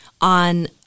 on